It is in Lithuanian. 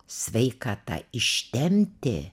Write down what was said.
sveikata ištempti